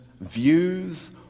views